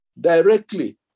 directly